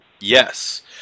Yes